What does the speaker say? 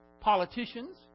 politicians